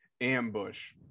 Ambush